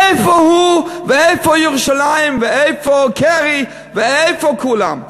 איפה הוא ואיפה ירושלים ואיפה קרי ואיפה כולם?